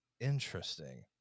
interesting